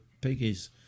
Piggies